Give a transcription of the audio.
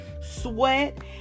sweat